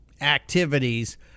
activities